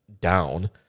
down